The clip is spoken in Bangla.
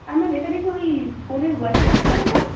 আর ম্যাম এখানে কি ওই ফোনের ওয়াইফাই কানেক্ট করা যাবে